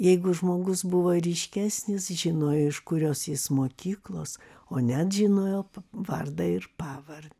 jeigu žmogus buvo ryškesnis žinojo iš kurios jis mokyklos o net žinojo vardą ir pavardę